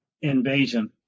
invasion